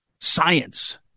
science